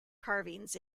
carvings